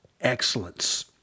excellence